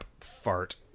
fart